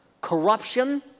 corruption